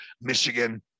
Michigan